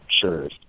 sure